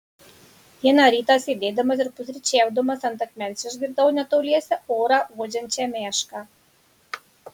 vieną rytą sėdėdamas ir pusryčiaudamas ant akmens išgirdau netoliese orą uodžiančią mešką